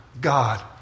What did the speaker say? God